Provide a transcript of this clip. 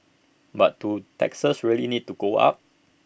but do taxes really need to go up